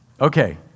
Okay